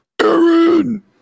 aaron